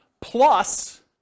plus